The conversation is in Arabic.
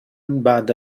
بعد